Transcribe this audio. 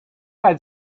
had